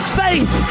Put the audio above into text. faith